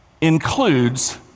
includes